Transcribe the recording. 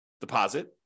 deposit